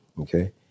okay